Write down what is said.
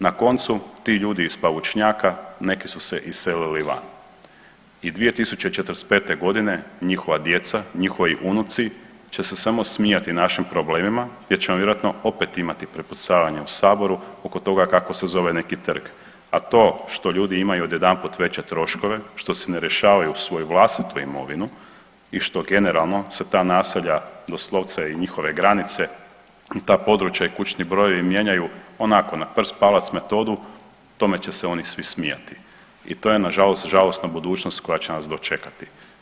Na koncu ti ljudi iz Paučnjaka neki su se iselili van i 2045.g. njihova djeca i njihovi unuci će se samo smijati našim problemima gdje ćemo vjerojatno opet imati prepucavanje u saboru oko toga kako se zove neki trg, a to što ljudi imaju odjedanput veće troškove, što si ne rješavaju svoju vlastitu imovinu i što generalno se ta naselja doslovce i njihove granice i ta područja i kućni brojevi mijenjaju onako na prst, palac metodu, tome će se oni svi smijati i to je nažalost žalosna budućnost koja će nas dočekati.